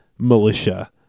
militia